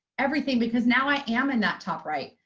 everything, because now i am in that top right.